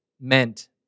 meant